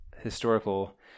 historical